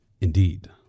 indeed